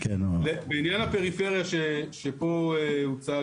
בעניין הפריפריה שבו הוצג,